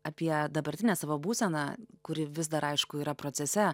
apie dabartinę savo būseną kuri vis dar aišku yra procese